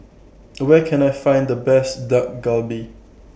Where Can I Find The Best Dak Galbi